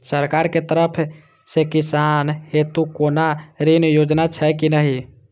सरकार के तरफ से किसान हेतू कोना ऋण योजना छै कि नहिं?